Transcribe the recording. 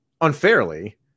unfairly